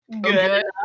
good